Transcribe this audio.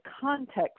context